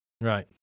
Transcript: Right